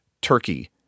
turkey